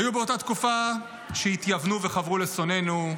היו באותה תקופה שהתייוונו וחברו לשונאינו,